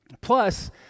Plus